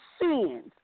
sins